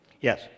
Yes